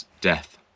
death